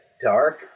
dark